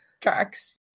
tracks